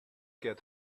get